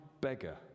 beggar